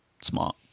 smart